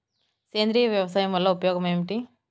సేంద్రీయ వ్యవసాయం వల్ల ఉపయోగం ఏమిటి?